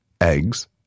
eggs